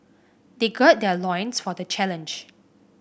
they gird their loins for the challenge